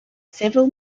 several